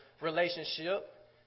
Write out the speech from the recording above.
relationship